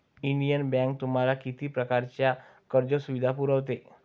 Indian Bank तुम्हाला किती प्रकारच्या कर्ज सुविधा पुरवते?